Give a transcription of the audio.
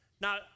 Now